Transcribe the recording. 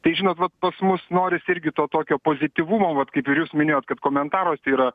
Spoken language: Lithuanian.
tai žinot vat pas mus norisi irgi to tokio pozityvumo vat kaip ir jūs minėjot kad komentaruose yra